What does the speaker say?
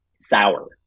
Sour